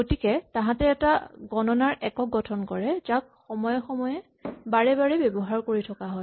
গতিকে তাহাঁতে এটা গণনাৰ একক গঠন কৰে যাক সময়ে সময়ে বাৰে বাৰে ব্যৱহাৰ কৰি থকা হয়